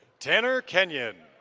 tanner kenyan.